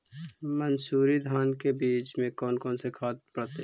मंसूरी धान के बीज में कौन कौन से खाद पड़तै?